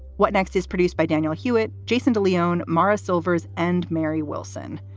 what next is produced by daniel hewitt. jason de leon morris silvers and mary wilson.